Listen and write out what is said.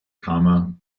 brown